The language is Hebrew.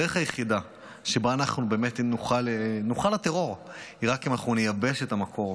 הדרך היחידה שבה אנחנו באמת נוכל לטרור היא רק אם אנחנו נייבש את המקור,